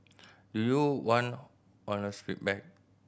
do you want honest feedback